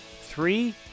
three